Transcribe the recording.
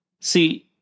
See